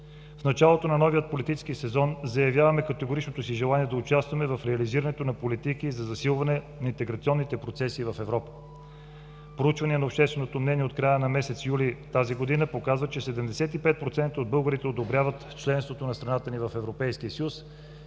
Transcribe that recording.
В началото на новия политически сезон заявяваме категоричното си желание да участваме в реализирането на политики за засилване на интеграционните процеси в Европа. Проучване на общественото мнение от края на месец юли тази година показва, че 75% от българите одобряват членството на страната ни в Европейския съюз